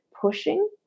pushing